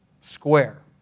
square